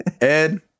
ed